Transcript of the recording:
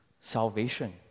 Salvation